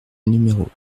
numéros